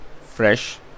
fresh